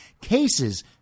Cases